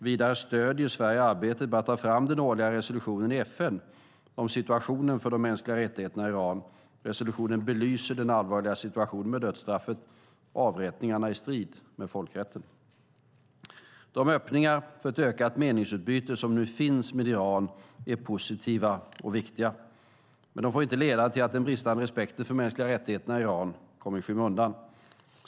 Vidare stöder Sverige arbetet med att ta fram den årliga resolutionen i FN om situationen för de mänskliga rättigheterna i Iran. Resolutionen belyser den allvarliga situationen med dödsstraffet och avrättningarna som sker i strid med folkrätten. De öppningar för ett ökat meningsutbyte som nu finns med Iran är positiva och viktiga, men de får inte leda till att den bristande respekten för de mänskliga rättigheterna i Iran kommer i skymundan.